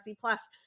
plus